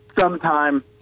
sometime